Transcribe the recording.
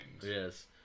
Yes